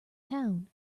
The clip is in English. town